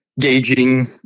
gauging